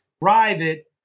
private